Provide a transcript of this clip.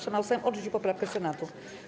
Sejm odrzucił poprawkę Senatu.